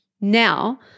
Now